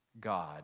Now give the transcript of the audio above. god